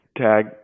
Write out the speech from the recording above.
Tag